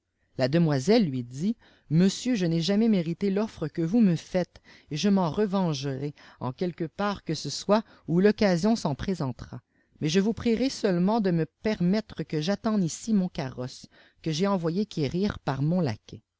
passée lallembiselle lui dit monsieur je n'ai jamais mérité l'offre que vous me faites et je m'en revengerai en quelque part que ce soit où l'occasion s'en présentera mais je vous prierai seuleipent de me permettre que j'attende ici mon carrosse que j'ai envoyé quérir par mon